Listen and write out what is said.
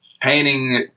painting